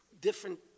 different